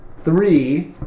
three